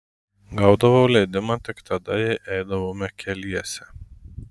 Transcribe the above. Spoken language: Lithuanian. gaudavau leidimą tik tada jei eidavome keliese